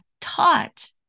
taught